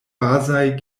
bazaj